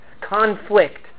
Conflict